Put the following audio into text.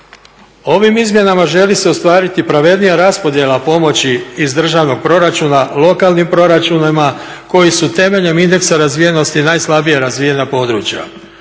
Ovim izmjenama želi se ostvariti pravednija raspodjela pomoći iz državnog proračuna lokalnim proračunima koji su temeljem indeksa razvijenosti najslabije razvijena područja.